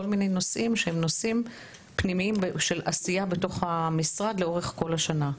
כל מיני נושאים שהם נושאים פנימיים של עשייה בתוך המשרד לאורך כל השנה.